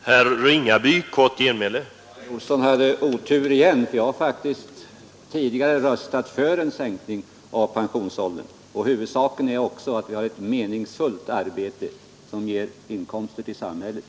Herr talman! Herr Olsson i Stockholm hade otur igen. Jag har faktiskt tidigare röstat för en sänkning av pensionsåldern. Och huvudsaken är att vi har ett meningsfullt arbete, som ger inkomster till samhället.